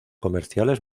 comerciales